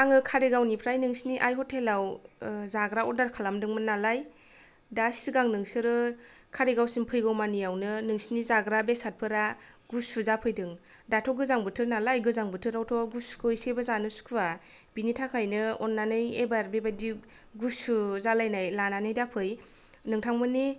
आङो कारिगावनिफ्राय नोंसिनि आइ हटेलाव जाग्रा अर्डार खालामदोंमोन नालाय दा सिगां नोंसोरो कारिगावसिम फैगौमानियावनो नोंसिनि जाग्रा बेसारफोरा गुसु जाफैदों दाथ' गोजां बोथोर नालाय गोजां बोथोरावथ' गुसुखौ एसेबो जानो सुखुवा बेनि थाखायनो अननानै एबार बेबायदि गुसु जालायनाय लानानै दाफै नोंथांमोननि